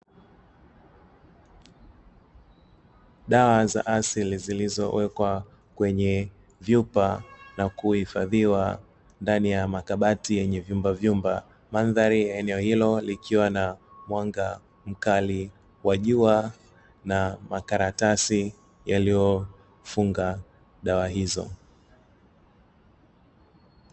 Dawa za asili zilizowekwa kwenye vyupa na kuhifadhiwa ndani ya makabati yenye vyumba vyumba. Mandhari ya eneo hilo likiwa na mwanga mkali wa jua na makaratasi yaliyofunga dawa hizo.